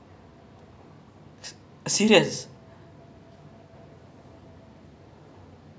for like four years in choa chu kang secondary two years in P_J my my six years of studies was in teck whye